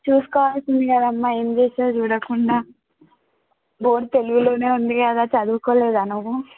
చూసుకోవవాల్సింది కదమ్మా ఏం చేశావు చూడకుండా బోర్డు తెలుగులోనే ఉంది కదా చదువుకోలేదా నువ్వు